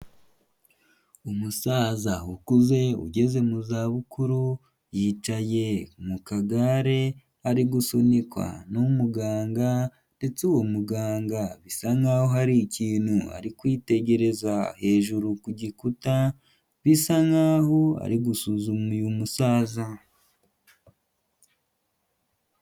Umusaza ukuze ugeze mu za bukuru, yicaye mu kagare ari gusunikwa n'umuganga ndetse uwo muganga bisa nk'aho hari ikintu ari kwitegereza hejuru ku gikuta, bisa nk'aho ari gusuzuma uyu musaza.